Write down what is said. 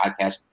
podcast